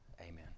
amen